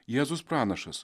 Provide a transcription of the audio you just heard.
jėzus pranašas